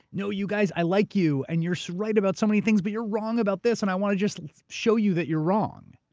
no, you guys, i like you and you're so right about so many things, but you're wrong about this and i want to just show you that you're wrong.